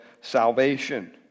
salvation